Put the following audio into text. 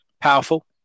powerful